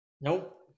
nope